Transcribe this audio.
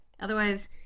otherwise